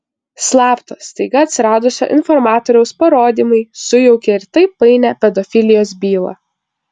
slapto staiga atsiradusio informatoriaus parodymai sujaukė ir taip painią pedofilijos bylą